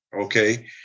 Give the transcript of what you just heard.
okay